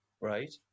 right